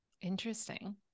Interesting